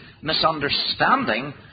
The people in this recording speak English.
misunderstanding